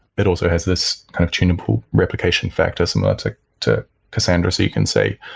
it also has this kind of training pool replication factor semantic to cassandra so you can say,